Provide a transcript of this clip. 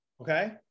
Okay